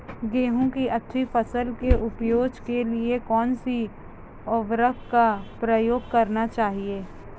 गेहूँ की अच्छी फसल की उपज के लिए कौनसी उर्वरक का प्रयोग करना चाहिए?